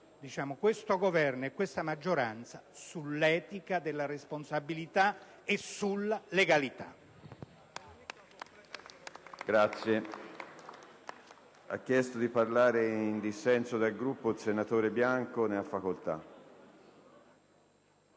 questo Governo e questa maggioranza sull'etica della responsabilità e sulla legalità.